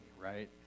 right